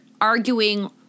arguing